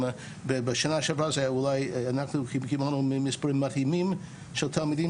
אנחנו קיבלנו מספרים מדהימים של תלמידים